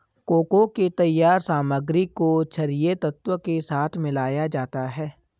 cocoa के तैयार सामग्री को छरिये तत्व के साथ मिलाया जाता है